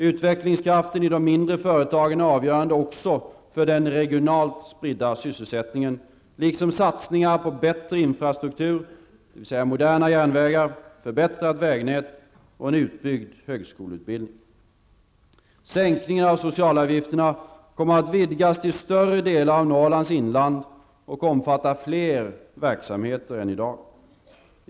Utvecklingskraften i de mindre företagen är avgörande också för den regionalt spridda sysselsättningen, liksom satsningar på bättre infrastruktur, dvs. moderna järnvägar, förbättrat vägnät och en utbyggd högskoleutbildning. Sänkningen av socialavgifterna kommer att vidgas till större delar av Norrlands inland och omfatta fler verksamheter än i dag.